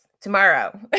tomorrow